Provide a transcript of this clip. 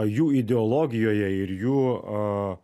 jų ideologijoje ir jų